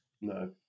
No